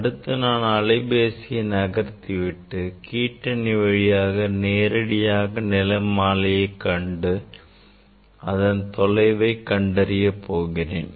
அடுத்து நான் அலைபேசியை நகர்த்திவிட்டு கீற்றணி வழியாக நேரடியாக நிறமாலை கண்டு அவற்றின் தொலைவை கண்டறிய போகிறேன்